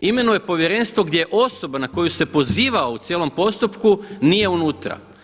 imenuje povjerenstvo gdje osoba na koju se pozivao u cijelom postupku nije unutra.